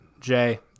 Jay